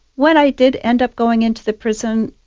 when i did end up going into the prison,